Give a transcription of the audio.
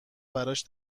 براش